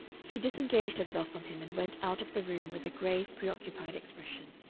she disengaged herself from him and went out of the room with a grave, preoccupied expression.